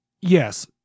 yes